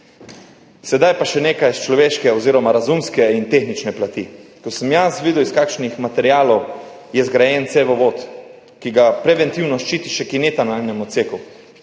Sedaj pa še nekaj s človeške oziroma razumske in tehnične plati. Ko sem jaz videl, iz kakšnih materialov je zgrajen cevovod, ki ga preventivno ščiti še kineta na enem odseku,